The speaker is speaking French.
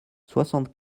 soixante